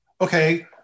okay